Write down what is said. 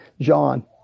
John